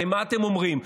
הרי מה אתם אומרים?